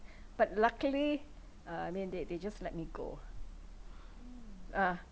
but luckily uh I mean they they just let me go ah ah